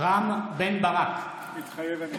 רם בן ברק, מתחייב אני